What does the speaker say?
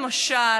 למשל,